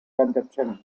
consumption